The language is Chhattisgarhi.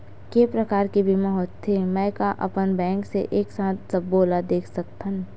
के प्रकार के बीमा होथे मै का अपन बैंक से एक साथ सबो ला देख सकथन?